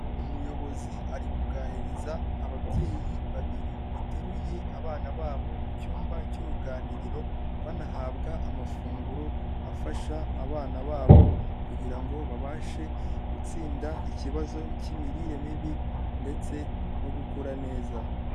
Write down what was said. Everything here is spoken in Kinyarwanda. Umuyobozi ari kuganiriza ababyeyi babiri bateruye abana babo mu cyumba cy'uruganiriro, banahabwa amafunguro afasha abana babo kugira ngo babashe gutsinda ikibazo cy'imirire mibi ndetse no gukura neza.